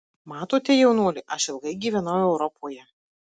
matote jaunuoli aš ilgai gyvenau europoje